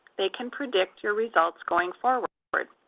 they can predict your results going forward.